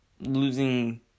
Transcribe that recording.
losing